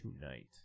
tonight